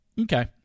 Okay